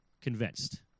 convinced